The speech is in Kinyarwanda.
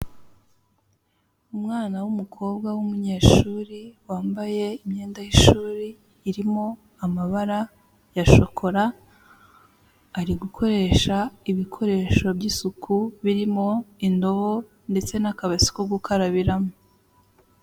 Umwana w'umukobwa w'umunyeshuri wambaye imyenda y'ishuri irimo amabara ya shokora, ari gukoresha ibikoresho by'isuku birimo indobo ndetse n'akabase ko gukarabiramo.